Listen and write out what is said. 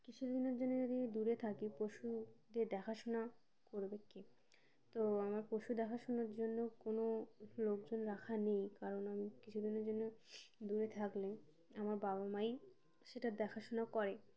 কিছুদিনের জন্য যদি দূরে থাকি পশুদের দেখাশোনা করবে কি তো আমার পশু দেখাশুনার জন্য কোনো লোকজন রাখা নেই কারণ আমি কিছুদিনের জন্য দূরে থাকলে আমার বাবা মাই সেটা দেখাশোনা করে